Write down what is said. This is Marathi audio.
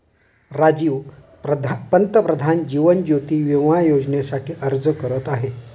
राजीव पंतप्रधान जीवन ज्योती विमा योजनेसाठी अर्ज करत आहे